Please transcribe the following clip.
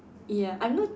ya I'm not